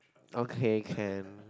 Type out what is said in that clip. okay can